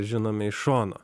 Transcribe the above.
žinome iš šono